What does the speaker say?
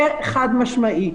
זה חד-משמעית.